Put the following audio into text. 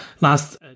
last